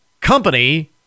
company